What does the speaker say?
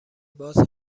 باز